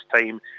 time